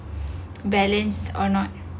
balance or not